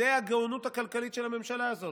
זאת הגאונות הכלכלית של הממשלה הזאת.